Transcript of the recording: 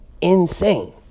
insane